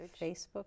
Facebook